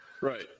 Right